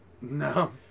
No